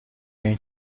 این